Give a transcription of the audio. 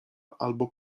albo